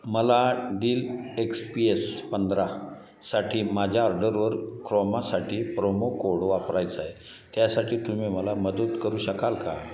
मला Dell X P S पंधरासाठी माझ्या ऑर्डरवर क्रोमासाठी प्रोमो कोड वापरायचं आहे त्यासाठी तुम्ही मला मदत करू शकाल का